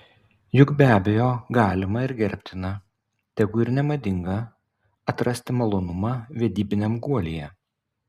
juk be abejo galima ir gerbtina tegu ir nemadinga atrasti malonumą vedybiniam guolyje